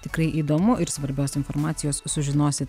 tikrai įdomu ir svarbios informacijos sužinosit